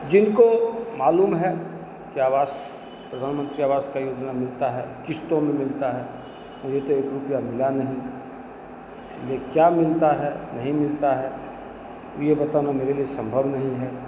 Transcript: जिनको मालूम है कि आवास प्रधानमंत्री आवास का योजना मिलता है किश्तों में मिलता है मुझे तो एक रुपया मिला नहीं इसलिए क्या मिलता है नहीं मिलता है यह बताना मेरे लिए संभव नहीं है